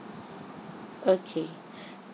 okay